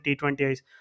T20Is